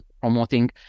promoting